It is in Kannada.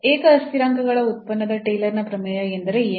ಏಕ ಅಸ್ಥಿರಾಂಕಗಳ ಉತ್ಪನ್ನದ ಟೇಲರ್ ನ ಪ್ರಮೇಯ ಎಂದರೆ ಏನು